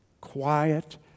quiet